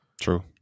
True